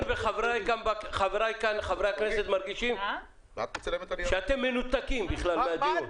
חברי הכנסת ואני מרגישים שאתם מנותקים מהדיון.